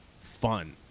fun